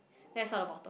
that's out the bottle